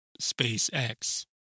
SpaceX